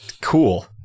Cool